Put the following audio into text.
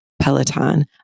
Peloton